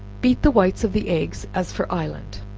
beat the whites of the eggs as for island,